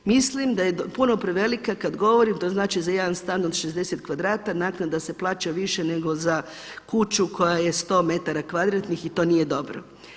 Mislim da je puno prevelika kad govorim to znači za jedan stan od 60 kvadrata naknada se plaća više nego za kuću koja je 100 metara kvadratnih i to nije dobro.